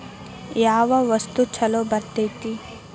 ಯಾವ ವಸ್ತು ಛಲೋ ಬರ್ತೇತಿ?